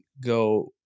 go